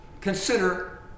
consider